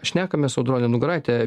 šnekamės audronė nugaraitė